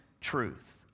truth